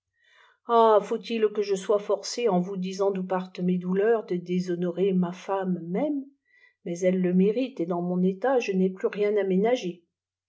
ah faut-il que je sois forcé en vous disant d'où partent mes douleurs de déshonorçr nm femme même mais elle le mérite et dans mon état je n'ai plus rien à ménager